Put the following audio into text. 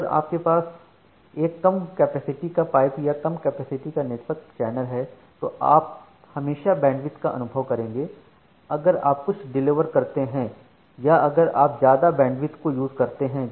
अगर आपके पास एक कम कैपेसिटी का पाइप या कम कैपेसिटी का नेटवर्क चैनल है तो आप हमेशा बैंडविड्थ का अनुभव करेंगे अगर आप कुछ डिलीवर करते हैं या अगर आप ज्यादा बैंडविड्थ को यूज करते हैं